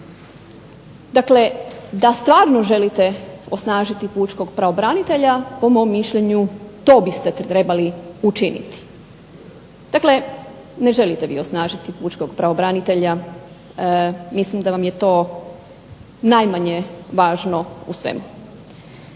Dakle, da stvarno želite osnažiti pučkog pravobranitelja po mom mišljenju to biste trebali učiniti. Dakle, ne želite vi osnažiti pučkog pravobranitelja. Mislim da vam je to najmanje važno u svemu.